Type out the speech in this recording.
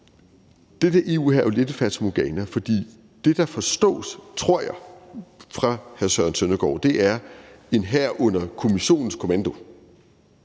den der EU-hær er jo lidt et fatamorgana, fordi det, der forstås – tror jeg – fra hr. Søren Søndergaards side, er en hær under Kommissionens kommando,